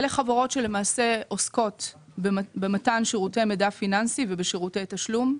אלה חברות שלמעשה עוסקות במתן שירותי מידע פיננסי ובשירותי תשלום.